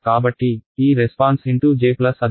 కాబట్టి ఈ response × j అది × 1